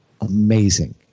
amazing